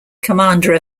commander